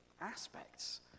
aspects